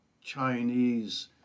chinese